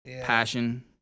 passion